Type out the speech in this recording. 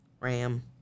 Ram